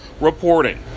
reporting